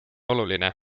oluline